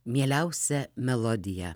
mieliausia melodija